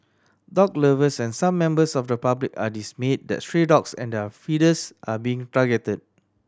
dog lovers and some members of the public are dismayed that stray dogs and their feeders are being targeted